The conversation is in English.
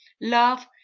Love